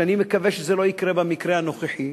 ואני מקווה שזה לא יקרה במקרה הנוכחי,